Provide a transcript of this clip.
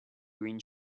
green